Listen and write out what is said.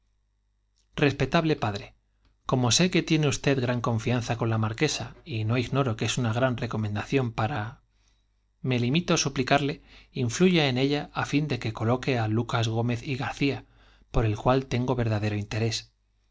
respetable padre como sé que tiene usted gran confianza con la marquesa y no ignoro que es una gran recomendación para me permito suplicarle influya en ella á fin de que coloque á lucas gómez y garcía por el cual tengo verdadero interés